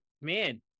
man